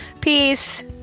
Peace